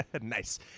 Nice